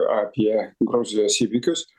apie gruzijos įvykius